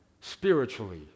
spiritually